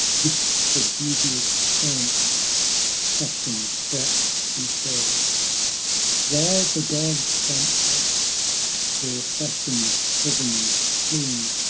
with the dubious errant passions that befell while the gods from out their fashioned heavens fleeing,